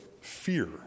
fear